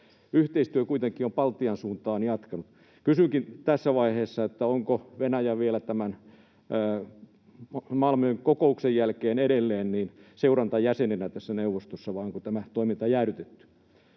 Yhteistyö Baltian suuntaan on kuitenkin jatkunut. Kysynkin tässä vaiheessa: onko Venäjä tämän Malmön kokouksen jälkeen vielä edelleen seurantajäsenenä tässä neuvostossa, vai onko tämä toiminta jäädytetty?